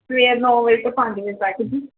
ਸਵੇਰੇ ਨੌਂ ਵਜੇ ਤੋਂ ਪੰਜ ਵਜੇ ਤੱਕ ਜੀ